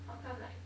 how come like